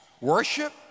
Worship